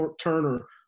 Turner